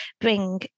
bring